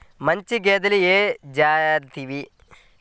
మంచి గేదెలు ఏ జాతివి?